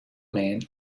men